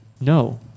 No